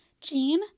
Jean